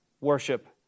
worship